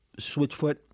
Switchfoot